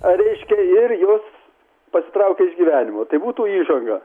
reiškia ir jos pasitraukia iš gyvenimo tai būtų įžanga